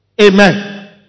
Amen